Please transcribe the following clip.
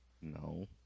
No